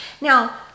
Now